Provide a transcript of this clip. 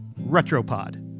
Retropod